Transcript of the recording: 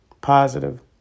positive